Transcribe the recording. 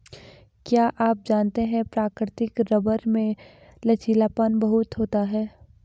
क्या आप जानते है प्राकृतिक रबर में लचीलापन बहुत होता है?